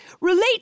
relate